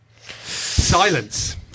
Silence